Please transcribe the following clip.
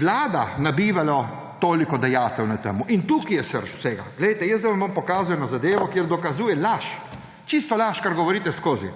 vlada nabijala toliko dajatev na to. In tukaj je srž vsega! Glejte, vam bom pokazal eno zadevo, ki dokazuje laž, čisto laž, kar govorite vseskozi.